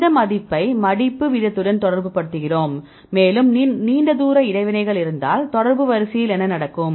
அந்த மதிப்பை மடிப்பு வீதத்துடன் தொடர்புபடுத்துகிறோம் மேலும் நீண்ட தூர இடைவினைகள் இருந்தால் தொடர்பு வரிசையில் என்ன நடக்கும்